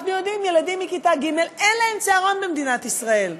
אנחנו יודעים: ילדים מכיתה ג' אין להם צהרון במדינת ישראל,